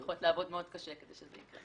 אנחנו נעבוד קשה על מנת שיצליח.